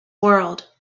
world